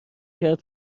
کرد